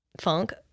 Funk